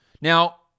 Now